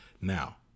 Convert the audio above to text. Now